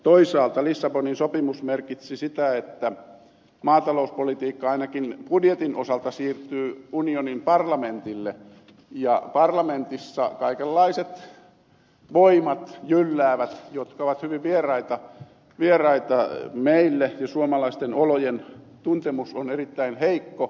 toisaalta lissabonin sopimus merkitsi sitä että maatalouspolitiikka ainakin budjetin osalta siirtyy unionin parlamentille ja parlamentissa jylläävät kaikenlaiset voimat jotka ovat hyvin vieraita meille ja joiden suomalaisten olojen tuntemus on erittäin heikko